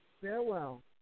Farewell